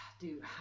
dude